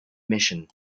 mission